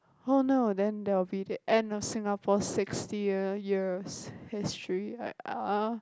oh no then that will be the end of Singapore sixty year years history like